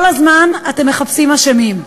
כל הזמן אתם מחפשים אשמים,